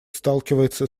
сталкивается